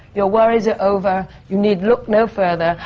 your worries are over. you need look no further,